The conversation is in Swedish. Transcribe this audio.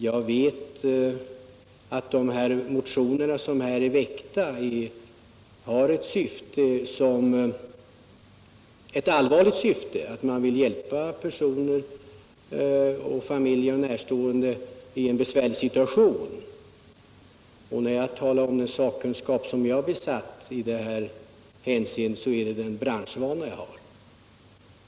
Jag vet att motionerna har väckts med det allvarliga syftet att hjälpa familjer och närstående i en besvärlig situation. Då jag talar om den sakkunskap jag besitter i det här hänseendet, är det min branschvana jag menar.